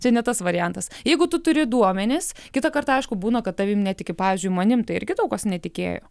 čia ne tas variantas jeigu tu turi duomenis kitąkart aišku būna kad tavim netiki pavyzdžiui manim tai irgi daug kas netikėjo